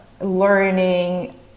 learning